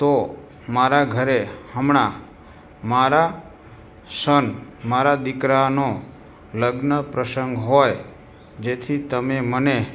તો મારા ઘરે હમણાં મારા સન મારા દીકરાનો લગ્ન પ્રસંગ હોઈ જેથી તમે મને